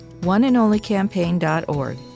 OneAndOnlyCampaign.org